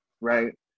right